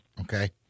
Okay